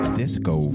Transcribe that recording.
disco